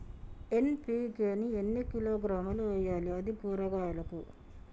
NPK ని ఎన్ని కిలోగ్రాములు వెయ్యాలి? అది కూరగాయలకు?